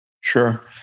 Sure